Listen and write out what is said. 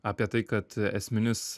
apie tai kad esminis